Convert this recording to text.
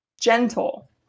gentle